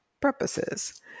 purposes